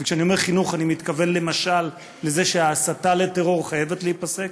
וכשאני אומר חינוך אני מתכוון למשל לזה שההסתה לטרור חייבת להיפסק